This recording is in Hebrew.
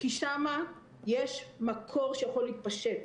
כי שם יש מקור שיכול להתפשט.